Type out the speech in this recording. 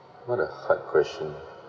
what a hard question